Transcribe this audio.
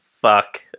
fuck